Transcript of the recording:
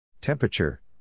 Temperature